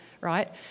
right